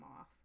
off